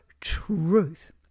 truth